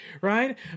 right